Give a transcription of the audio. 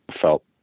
felt